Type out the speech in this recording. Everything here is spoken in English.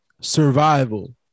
survival